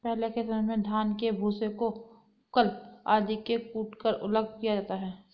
पहले के समय में धान के भूसे को ऊखल आदि में कूटकर अलग किया जाता था